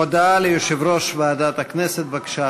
הודעה ליושב-ראש ועדת הכנסת, בבקשה,